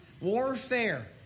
warfare